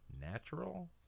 natural